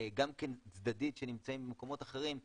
גם כן צדדית שנמצאים במקומות אחרים,